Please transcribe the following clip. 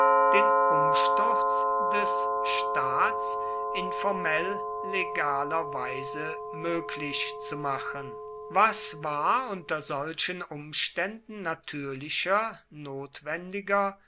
den umsturz des staats in formell legaler weise möglich zu machen was war unter solchen umständen natürlicher notwendiger